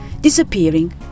disappearing